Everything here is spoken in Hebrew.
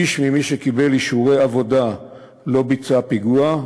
איש ממי שקיבלו אישורי עבודה לא ביצעו פיגוע.